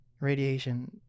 radiation